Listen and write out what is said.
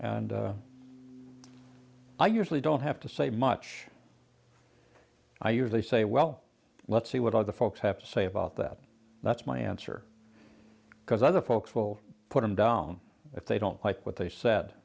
and i usually don't have to say much i usually say well let's see what other folks have to say about that that's my answer because other folks will put them down if they don't like what they said